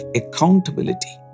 accountability